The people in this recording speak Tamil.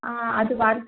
ஆ அது வ